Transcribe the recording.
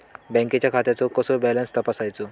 बँकेच्या खात्याचो कसो बॅलन्स तपासायचो?